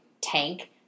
tank